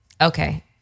Okay